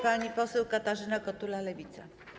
Pani poseł Katarzyna Kotula, Lewica.